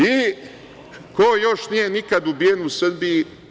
I ko još nije nikada ubijen u Srbiji?